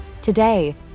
Today